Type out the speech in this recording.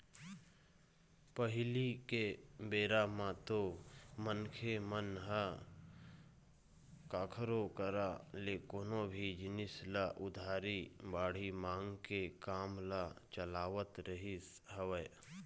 पहिली के बेरा म तो मनखे मन ह कखरो करा ले कोनो भी जिनिस ल उधारी बाड़ही मांग के काम ल चलावत रहिस हवय